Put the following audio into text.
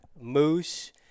moose